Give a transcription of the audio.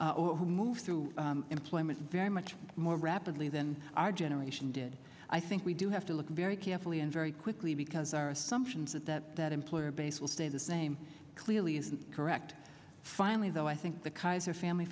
or who move through employment very much more rapidly than our generation did i think we do have to look very carefully and very quickly because our assumptions that that that employer base will stay the same clearly isn't correct finally though i think the kaiser family